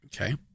Okay